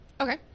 okay